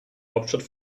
hauptstadt